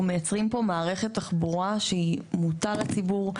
מייצרים פה מערכת תחבורה שהיא מוטה לציבור,